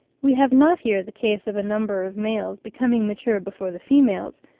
we have not here the case of a number of males becoming mature before the females,